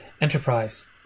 enterprise